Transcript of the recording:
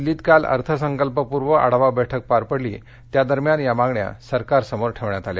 दिल्लीत काल अर्थसंकल्पपूर्व आढावा बैठक पार पडली त्या दरम्यान या मागण्या सरकारसमोर ठेवण्यात आल्या